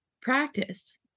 practice